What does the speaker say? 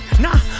nah